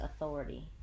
authority